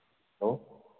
hello